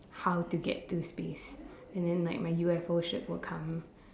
how to get to space and then like my U_F_O ship will come